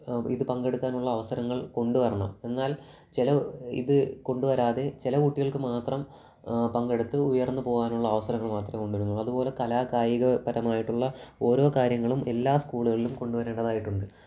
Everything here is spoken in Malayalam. ഇത് പങ്കെടുക്കാനുള്ള അവസരങ്ങൾ കൊണ്ടുവരണം എന്നാൽ ചില ഇത് കൊണ്ടുവരാതെ ചില കുട്ടികൾക്ക് മാത്രം പങ്കെടുത്ത് ഉയർന്നു പോകാനുള്ള അവസരങ്ങൾ മാത്രമുണ്ട് അതുപോലെ കലാ കായിക പരമായിട്ടുള്ള ഓരോ കാര്യങ്ങളും എല്ലാ സ്കൂളുകളിലും കൊണ്ടുവരേണ്ടതായിട്ടുണ്ട്